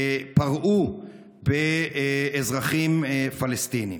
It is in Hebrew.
פרעו באזרחים פלסטינים.